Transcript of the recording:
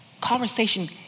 Conversation